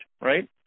right